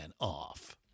off